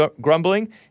grumbling